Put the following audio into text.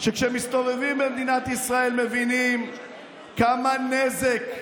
שכשמסתובבים במדינת ישראל מבינים כמה נזק,